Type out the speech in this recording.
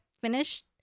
finished